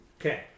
okay